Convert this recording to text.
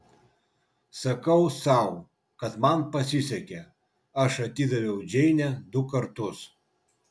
sakau sau kad man pasisekė aš atidaviau džeinę du kartus